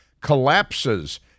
collapses